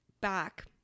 back